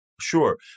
Sure